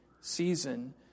season